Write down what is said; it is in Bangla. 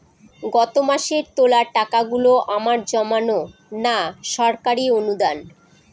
গত মাসের তোলা টাকাগুলো আমার জমানো না সরকারি অনুদান?